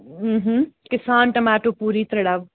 کِسان tomato پوٗری ترٛےٚ ڈَبہٕ